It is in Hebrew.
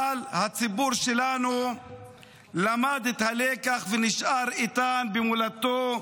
אבל הציבור שלנו למד את הלקח ונשאר איתן במולדתו,